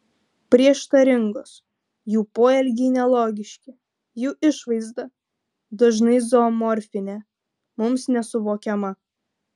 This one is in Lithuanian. prieštaringos jų poelgiai nelogiški jų išvaizda dažnai zoomorfinė mums nesuvokiama